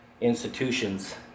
institutions